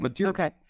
Okay